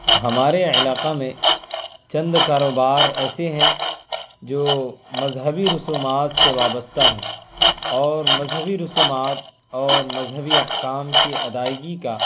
ہمارے علاقہ میں چند کاروبار ایسے ہیں جو مذہبی رسومات سے وابستہ ہیں اور مذہبی رسومات اور مذہبی احکام کی ادائیگی کا